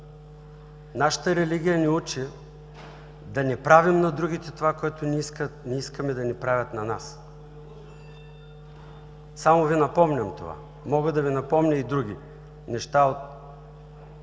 нашата религия ни учи да не правим на другите това, което не искаме да ни правят на нас. Само Ви напомням това – мога да Ви напомня и други неща от